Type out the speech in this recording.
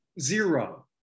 zero